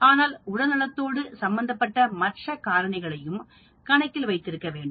ஆனால் உடல் நலத்தோடு சம்பந்தப்பட்ட மற்ற காரணிகளையும் கணக்கில் வைத்திருக்க வேண்டும்